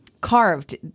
Carved